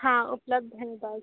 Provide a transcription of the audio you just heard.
हाँ उपलब्ध है डॉल